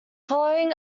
following